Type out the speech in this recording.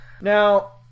Now